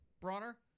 Bronner